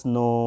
no